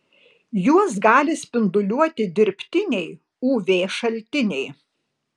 juos gali spinduliuoti dirbtiniai uv šaltiniai